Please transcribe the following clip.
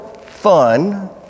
fun